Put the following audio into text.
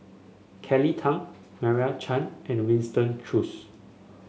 Kelly Tang Meira Chand and Winston Choos